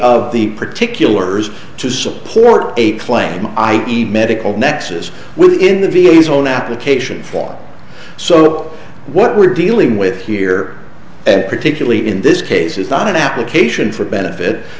of the particulars to support a claim i e medical nexus within the v a s own application for so what we're dealing with here and particularly in this case is not an application for benefit